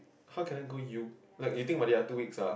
how can i go you like you think about it two weeks ah